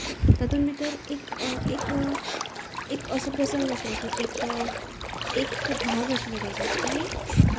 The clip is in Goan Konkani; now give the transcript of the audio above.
तातूंत भितर एक एक एक असो प्रसंग आशिल्लो एक एक भाग आशिल्लो ताचो की